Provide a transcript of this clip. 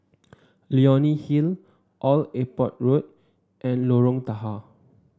Leonie Hill Old Airport Road and Lorong Tahar